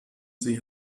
sie